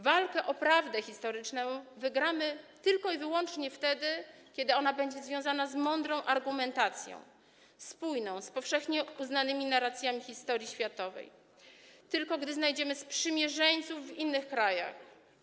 Walkę o prawdę historyczną wygramy tylko i wyłącznie wtedy, kiedy będzie ona związana z mądrą argumentacją, spójną z powszechnie uznanymi narracjami historii światowej, i gdy znajdziemy sprzymierzeńców w innych krajach.